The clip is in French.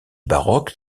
baroque